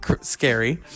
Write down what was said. scary